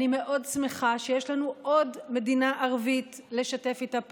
אני מאוד שמחה שיש לנו עוד מדינה ערבית לשתף איתה פעולה.